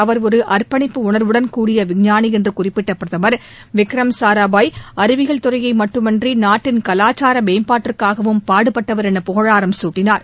அவர் ஒரு அர்ப்பணிப்பு உணர்வுடன் கூடிய விஞ்ஞானி என்று குறிப்பிட்ட பிரதமர் விக்ரம் சுராபாய் அறிவியல் துறையை மட்டுமின்றி நாட்டின் கலாச்சார மேம்பாட்டிற்காகவும் பாடுபட்டவர் என புகழாரம் சூட்டினார்